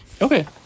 Okay